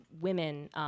women